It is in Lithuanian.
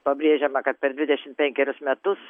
pabrėžiama kad per dvidešimt penkerius metus